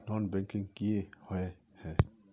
Non banking किए हिये है?